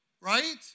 Right